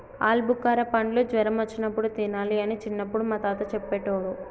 ఆల్బుకార పండ్లు జ్వరం వచ్చినప్పుడు తినాలి అని చిన్నపుడు మా తాత చెప్పేటోడు